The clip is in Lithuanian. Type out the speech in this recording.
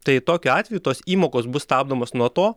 tai tokiu atveju tos įmokos bus stabdomos nuo to